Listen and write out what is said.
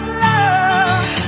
love